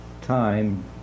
time